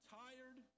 tired